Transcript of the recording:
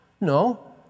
No